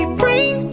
bring